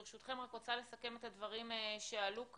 ברשותכם, אני רוצה לסכם את הדברים שעלו כאן,